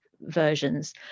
versions